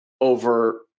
over